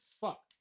Fuck